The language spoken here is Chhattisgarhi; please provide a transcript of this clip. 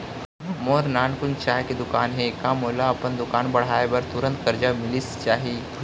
मोर नानकुन चाय के दुकान हे का मोला अपन दुकान बढ़ाये बर तुरंत करजा मिलिस जाही?